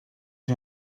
you